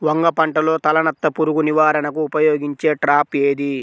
వంగ పంటలో తలనత్త పురుగు నివారణకు ఉపయోగించే ట్రాప్ ఏది?